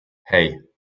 hey